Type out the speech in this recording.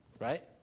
right